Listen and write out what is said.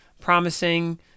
promising